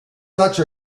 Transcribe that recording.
such